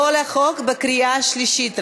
כל החוק בקריאה שלישית.